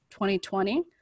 2020